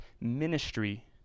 ministry